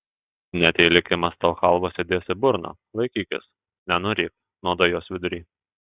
net jei likimas tau chalvos įdės į burną laikykis nenuryk nuodai jos vidury